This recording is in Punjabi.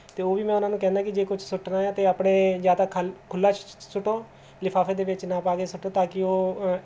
ਅਤੇ ਉਹ ਵੀ ਮੈਂ ਉਹਨਾਂ ਨੂੰ ਕਹਿੰਦਾ ਕਿ ਜੇ ਕੁਝ ਸੁੱਟਣਾ ਆ ਤਾਂ ਆਪਣੇ ਜਾਂ ਤਾਂ ਖੁੱਲਾ ਸੁੱਟੋ ਲਿਫਾਫੇ ਦੇ ਵਿੱਚ ਨਾ ਪਾ ਕੇ ਸੁੱਟੋ ਤਾਂ ਕਿ ਉਹ